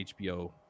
HBO